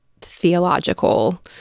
theological